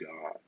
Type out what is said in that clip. God